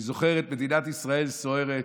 אני זוכר את מדינת ישראל סוערת,